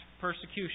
persecution